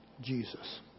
Jesus